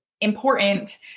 important